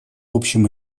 общим